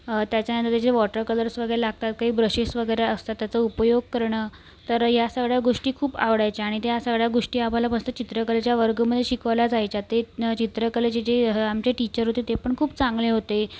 त्याच्यानंतर ते जे वॉटर कलर्स वगैरे लागतात काही ब्रशेस वगैरे असतात त्याचा उपयोग करणं तर या सगळ्या गोष्टी खूप आवडायच्या आणि त्या सगळ्या गोष्टी आम्हाला मस्त चित्रकलेच्या वर्गामध्ये शिकवल्या जायच्या ते चित्रकलेचे जे आमचे टीचर होते ते पण खूप चांगले होते